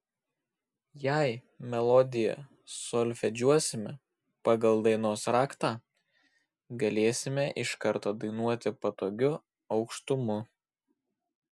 jei melodiją solfedžiuosime pagal dainos raktą galėsime iš karto dainuoti patogiu aukštumu